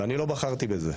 ואני לא בחרתי בזה,